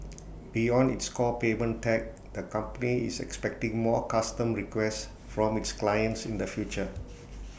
beyond its core payment tech the company is expecting more custom requests from its clients in the future